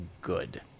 good